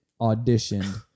auditioned